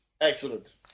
Excellent